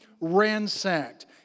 ransacked